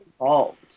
involved